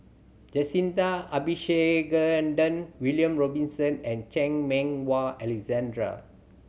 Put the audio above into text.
Jacintha Abisheganaden William Robinson and Chan Meng Wah Alexander